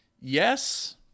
Yes